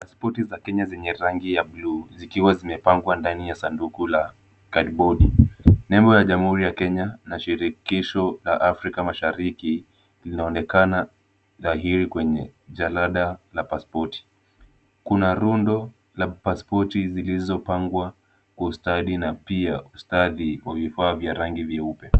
Spoti za Kenya zenye rangi ya bluu zikiwa zimepangwa ndani ya sanduku la kadibodi, nembo ya Jamhuri ya Kenya na Shirikisho la Afrika Mashariki linaonekana dhahiri kwenye jalada la pasipoti, kuna rundo la pasipoti zilizopangwa kwa ustadi na pia ustadhi kwa vifaa vya rangi nyeupe.